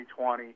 2020